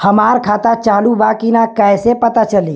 हमार खाता चालू बा कि ना कैसे पता चली?